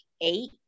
eight